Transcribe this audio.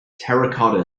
terracotta